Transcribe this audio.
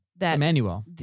Emmanuel